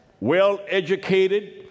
well-educated